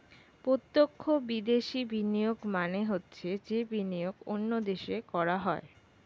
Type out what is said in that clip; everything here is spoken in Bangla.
প্রত্যক্ষ বিদেশি বিনিয়োগ মানে হচ্ছে যে বিনিয়োগ অন্য দেশে করা হয়